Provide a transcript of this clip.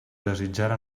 desitjara